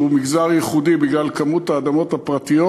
שהוא מגזר ייחודי בגלל כמות האדמות הפרטיות.